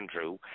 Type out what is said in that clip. Andrew